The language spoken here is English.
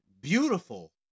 Beautiful